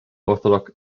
orthodox